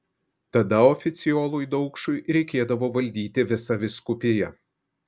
tada oficiolui daukšai reikėdavo valdyti visą vyskupiją